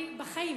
אני בחיים